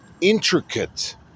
intricate